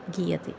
गीयते